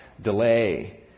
delay